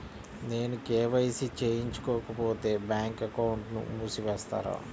నేను కే.వై.సి చేయించుకోకపోతే బ్యాంక్ అకౌంట్ను మూసివేస్తారా?